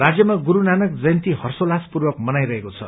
राजयमा गुरू नानक जयन्ती हर्षोल्लासपूर्वक मनाइरहेको छ